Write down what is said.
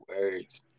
words